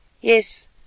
Yes